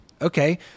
Okay